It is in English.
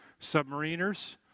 submariners